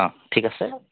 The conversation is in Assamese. অ ঠিক আছে